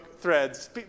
threads